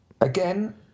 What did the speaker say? Again